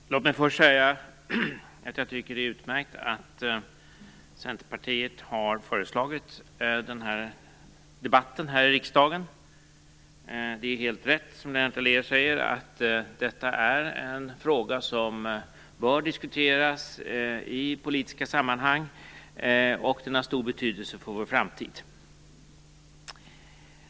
Fru talman! Låt mig först säga att jag tycker att det är utmärkt att Centerpartiet har föreslagit denna debatt här i riksdagen. Det är helt rätt som Lennart Daléus säger att detta är en fråga som bör diskuteras i politiska sammanhang, och den har stor betydelse för vår framtid.